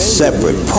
separate